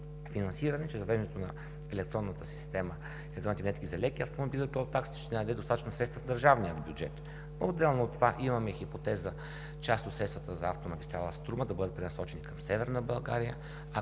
система – електронните винетки за леки автомобили и тол таксите ще налеят достатъчно средства в държавния бюджет. Отделно от това имаме хипотеза част от средствата за автомагистрала „Струма“ да бъдат пренасочени към Северна България,